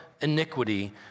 iniquity